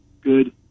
good